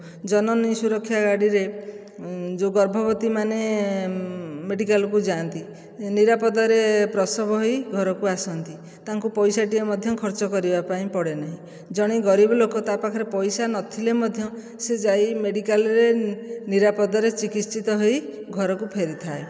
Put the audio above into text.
ଜନନୀ ସୁରକ୍ଷା ଗାଡ଼ିରେ ଯେଉଁ ଗର୍ଭବତୀ ମାନେ ମେଡ଼ିକାଲକୁ ଯାଆନ୍ତି ନିରାପଦରେ ପ୍ରସବ ହୋଇ ଘରକୁ ଆସନ୍ତି ତାଙ୍କୁ ପଇସାଟିଏ ମଧ୍ୟ ଖର୍ଚ୍ଚ କରିବାକୁ ପଡ଼େନି ଜଣେ ଗରିବ ଲୋକ ତା ପାଖରେ ପଇସା ନ ଥିଲେ ମଧ୍ୟ ସେ ଯାଇ ମେଡ଼ିକାଲରେ ନିରାପଦରେ ଚିକିତ୍ସିତ ହୋଇ ଘରକୁ ଫେରିଥାଏ